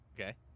Okay